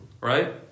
right